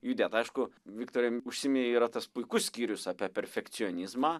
judėt aišku viktorai užsiminei yra tas puikus skyrius apie perfekcionizmą